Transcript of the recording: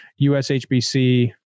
USHBC